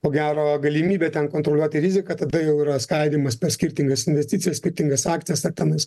ko gero galimybė ten kontroliuoti riziką tada jau yra skaidymas per skirtingas investicijas skirtingas akcijas ar tenais